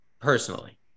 personally